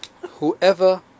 Whoever